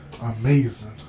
amazing